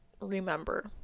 remember